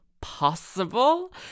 possible